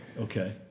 Okay